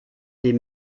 des